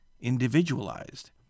individualized